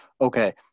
okay